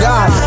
God